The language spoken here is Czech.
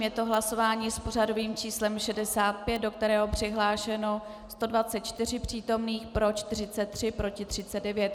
Je to hlasování s pořadovým číslem 65, do kterého je přihlášeno 124 přítomných, pro 43, proti 39.